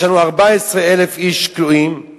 יש לנו 14,000 איש כלואים,